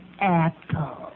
apple